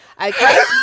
Okay